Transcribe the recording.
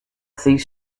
these